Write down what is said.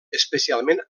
especialment